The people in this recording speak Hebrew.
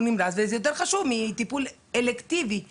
נמרץ וזה יותר חשוב מטיפול אלקטיבי בשיניים.